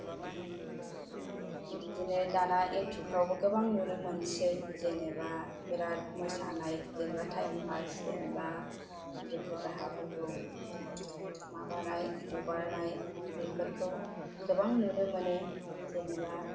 बिदिनो दाना युतुबफ्रावबो गोबां नुनो मोनसै जेनेबा बिराद मोसानाय जेनेबा टाइम पास जेनेबा दुखु दाहाफोरखौ माबानाय हगारनाय बेफोरखौ गोबां नुनो मोनो जेनेबा